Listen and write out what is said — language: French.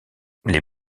les